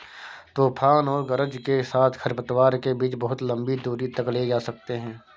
तूफान और गरज के साथ खरपतवार के बीज बहुत लंबी दूरी तक ले जा सकते हैं